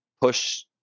push